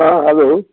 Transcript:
आं हलो